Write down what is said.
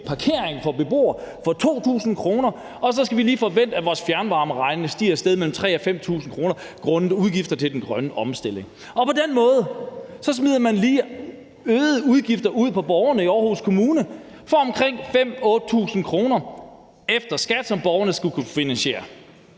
parkeringsafgiften for beboere med 2.000 kr., og så skal vi lige forvente, at vores fjernvarmeregning stiger med mellem 3.000 og 5.000 kr. grundet udgifter til den grønne omstilling. På den måde sender man lige øgede udgifter ud til borgerne i Aarhus Kommune for omkring 5.000 til 8.000 kr. efter skat, som borgerne skal finansiere.